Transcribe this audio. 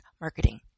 marketing